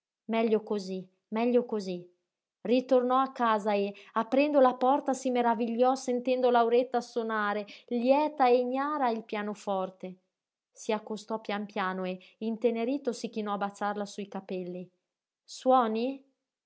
meglio cosí meglio cosí ritornò a casa e aprendo la porta si meravigliò sentendo lauretta sonare lieta e ignara il pianoforte si accostò pian piano e intenerito si chinò a baciarla sui capelli suoni